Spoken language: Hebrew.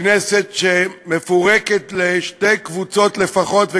כנסת שמפורקת לשתי קבוצות לפחות,